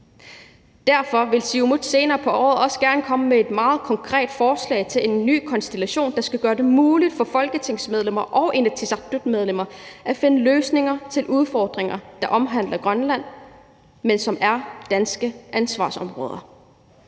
Derfor vil Siumut senere på året også gerne komme med et meget konkret forslag til en ny konstellation, der skal gøre det muligt for folketingsmedlemmer og Inatsisartuts medlemmer at finde løsninger på udfordringer, der omhandler Grønland, men som er danske ansvarsområder.